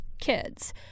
kids